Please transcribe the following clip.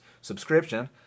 subscription